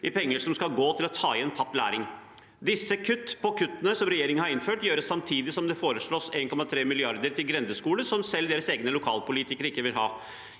i penger som skal gå til å ta igjen tapt læring. Alle disse kuttene som regjeringen har innført, gjøres samtidig som det foreslås 1,3 mrd. kr til grendeskoler, som selv deres egne lokalpolitikere ikke vil ha.